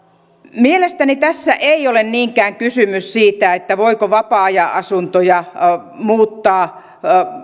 mielestäni tässä ei ole niinkään kysymys siitä voiko vapaa ajan asuntoja muuttaa